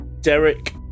Derek